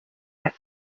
had